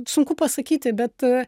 sunku pasakyti bet